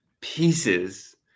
pieces